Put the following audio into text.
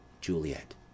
Juliet